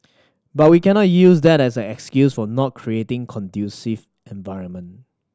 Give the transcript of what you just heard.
but we cannot use that as an excuse for not creating conducive environment